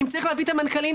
אם צריך להביא את המנכ"לים,